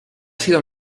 sido